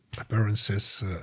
appearances